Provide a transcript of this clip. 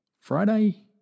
Friday